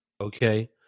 Okay